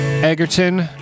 Egerton